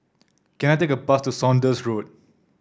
can I take a bus to Saunders Road